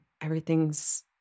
Everything's